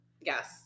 yes